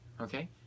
okay